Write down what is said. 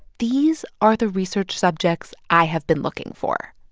these are the research subjects i have been looking for,